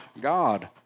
God